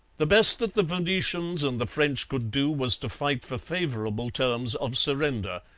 the best that the venetians and the french could do was to fight for favourable terms of surrender.